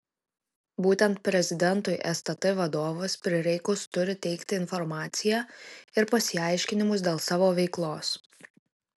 būtent prezidentui stt vadovas prireikus turi teikti informaciją ir pasiaiškinimus dėl savo veiklos